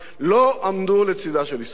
לא עמדו לצדה של ישראל,